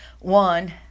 One